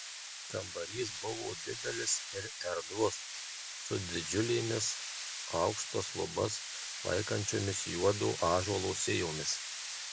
kambarys buvo didelis ir erdvus su didžiulėmis aukštas lubas laikančiomis juodo ąžuolo sijomis